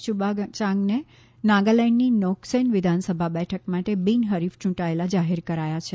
યુબાયાંગને નાગાલેન્ડની નોકસેન વિધાનસભા બેઠક માટે બિનહરીફ યૂંટાયેલા જાહેર કરાયા છે